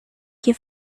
que